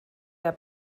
der